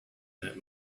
that